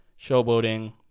showboating